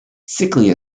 sickly